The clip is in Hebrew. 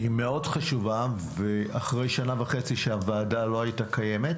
היא מאוד חשובה אחרי שנה וחצי שהוועדה לא הייתה קיימת.